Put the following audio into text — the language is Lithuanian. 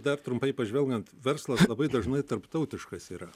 dar trumpai pažvelgiant verslas labai dažnai tarptautiškas yra